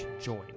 join